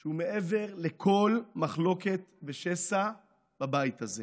שהוא מעבר לכל מחלוקת ושסע בבית הזה